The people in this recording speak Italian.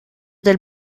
del